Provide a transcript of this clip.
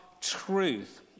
truth